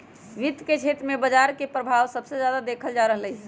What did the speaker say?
वित्त के क्षेत्र में बजार के परभाव सबसे जादा देखल जा रहलई ह